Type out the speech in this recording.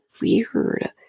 weird